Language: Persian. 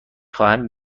خواهم